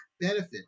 benefit